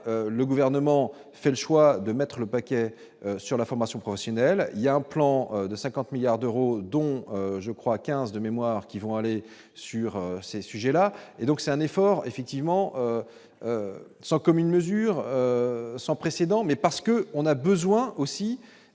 le gouvernement fait le choix de mettre le paquet sur la formation professionnelle, il y a un plan de 50 milliards d'euros, dont je crois 15 de mémoire qui vont aller sur ces sujets-là, et donc c'est un effort effectivement sans commune mesure sans précédent, mais parce que on a besoin aussi